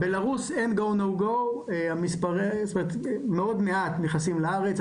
בבלארוס אין Go / No Go. מאוד מעט נכנסים לארץ.